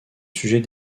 sujet